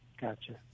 Gotcha